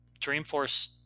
Dreamforce